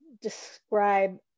describe